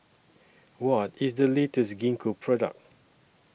What IS The latest Gingko Product